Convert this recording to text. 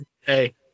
Hey